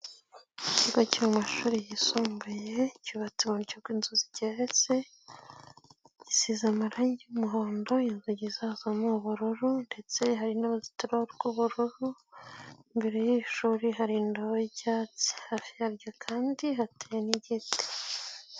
Ikigo cy'amashuri yisumbuye, cyubatse mu buryo bw'inzu zigeretse, gisize amarangi y'umuhondo, inzugi zazo ni ubururu ndetse hari n'uruzitiro rw'ubururu, imbere y'iri shuri hari indobo y'icyatsi, hafi yaryo kandi hateye n'igiti.